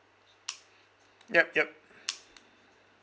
yup yup